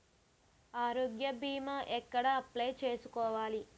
ఆరోగ్య భీమా ఎక్కడ అప్లయ్ చేసుకోవాలి?